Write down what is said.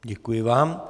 Děkuji vám.